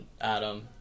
Adam